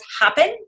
happen